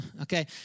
okay